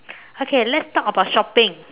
okay let's talk about shopping